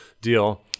deal